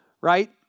right